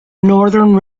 northern